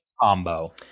combo